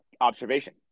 observation